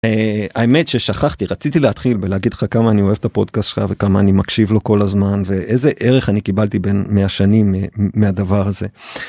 האמת ששכחתי רציתי להתחיל בלהגיד לך כמה אני אוהב את הפודקאסט שלך וכמה אני מקשיב לו כל הזמן ואיזה ערך אני קיבלתי בין מהשנים מהדבר הזה.